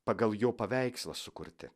pagal jo paveikslą sukurti